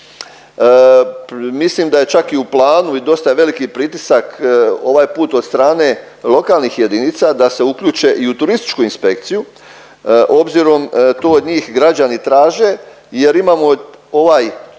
Mislim da je čak i u plan i dosta je veliki pritisak ovaj put od strane lokalnih jedinica da se uključe i u turističku inspekciju obzirom to od njih građani traže jer imamo ovaj cijeli